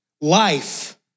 Life